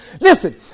Listen